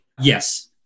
Yes